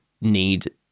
need